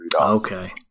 okay